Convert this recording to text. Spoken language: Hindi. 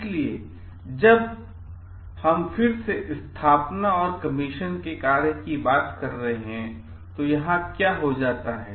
इसलिए जब हम फिर से स्थापना और कमीशन के कार्य की बात कर रहे हैं तो यहां क्या हो जाता है